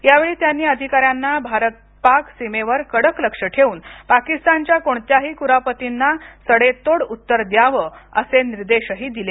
यावेळी त्यांनी अधिकाऱ्यांना भारत पाक सीमेवर कडक लक्ष ठेवून पाकिस्तानच्या कोणत्याही कुरापतींना सडेतोड उत्तर द्यावं असे निर्देश ही त्यांनी यावेळी दिले